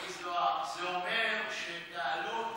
אבל רגע, חבר הכנסת מיקי זוהר, זה אומר שאת העלות